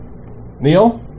Neil